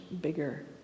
bigger